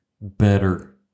better